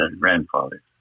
grandfather